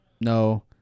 No